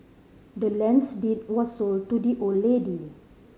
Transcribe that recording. the land's deed was sold to the old lady